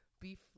beef